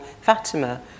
Fatima